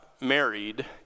married